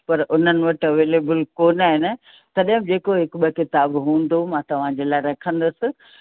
पर उन्हनि वटि अवेलेबिल कोन आहिनि तॾहिं बि जेको हिकु ॿ किताब हूंदो मां तव्हां जे लाइ रखंदसि